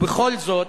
ובכל זאת,